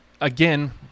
again